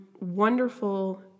wonderful